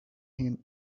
him